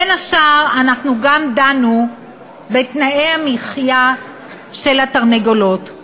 בין השאר גם דנו בתנאי המחיה של התרנגולות.